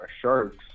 sharks